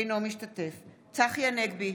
אינו משתתף בהצבעה צחי הנגבי,